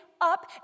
up